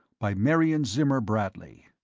by marion zimmer bradley